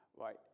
right